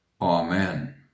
amen